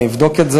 אני אבדוק את זה,